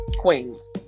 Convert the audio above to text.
queens